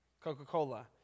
Coca-Cola